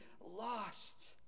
lost